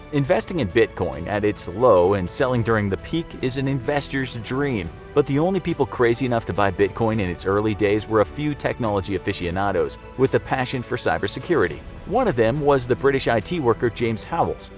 investing in bitcoin at its low and selling during the peak is an investor's dream. but the only people crazy enough to buy bitcoin in its early days were a few technology afficionados with a passion for cybersecurity. one of them was the british it worker james howells.